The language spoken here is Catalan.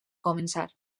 començar